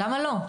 למה לא?